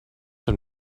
have